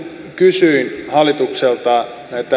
kysyin hallitukselta näitä